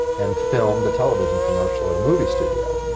and filmed the television commercial at a movie studio.